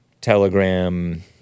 telegram